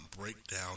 breakdown